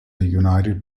united